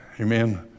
amen